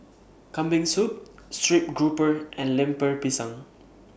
Kambing Soup Stream Grouper and Lemper Pisang